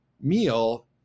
meal